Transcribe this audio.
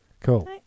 Cool